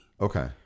Okay